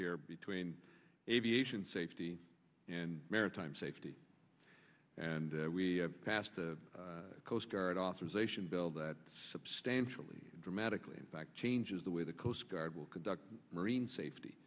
here between aviation safety and maritime safety and we passed the coast guard authorization bill that substantially dramatically impact changes the way the coast guard will conduct marine safety